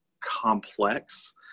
complex